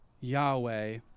Yahweh